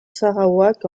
sarawak